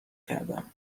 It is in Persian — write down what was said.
کردم